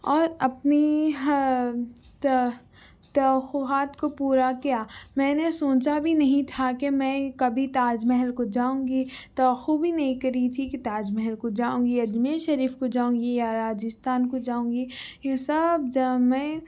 اور اپنی ہر توقعات کو پورا کیا میں نے سوچا بھی نہیں تھا کہ میں کبھی تاج محل کو جاؤں گی توقع بھی نہیں کری تھی کہ تاج محل کو جاؤں گی اجمیر شریف کو جاؤں گی یا راجستھان کو جاؤں گی یہ سب جگہ میں